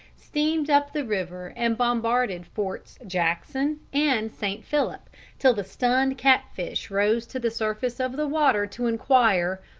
steamed up the river and bombarded forts jackson and st. philip till the stunned catfish rose to the surface of the water to inquire,